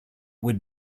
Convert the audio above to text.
would